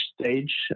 stage